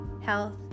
health